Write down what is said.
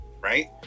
right